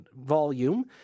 volume